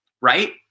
right